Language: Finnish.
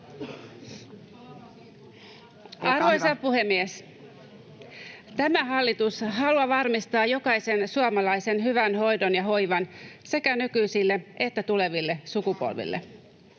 Arvoisa puhemies! Tämä hallitus haluaa varmistaa jokaisen suomalaisen hyvän hoidon ja hoivan sekä nykyisille että tuleville sukupolville.